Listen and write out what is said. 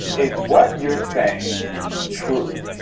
is what you're saying true?